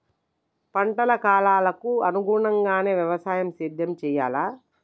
పంటల కాలాలకు అనుగుణంగానే వ్యవసాయ సేద్యం చెయ్యాలా?